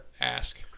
ask